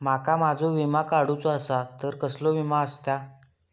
माका माझो विमा काडुचो असा तर कसलो विमा आस्ता?